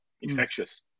Infectious